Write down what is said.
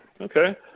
okay